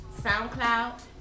SoundCloud